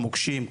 מוקשים,